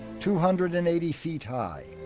two-hundred and eighty feet high,